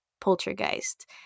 Poltergeist